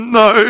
no